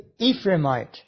Ephraimite